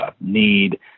need